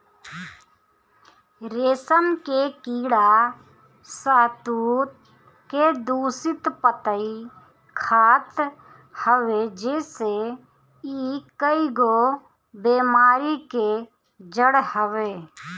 रेशम के कीड़ा शहतूत के दूषित पतइ खात हवे जेसे इ कईगो बेमारी के जड़ हवे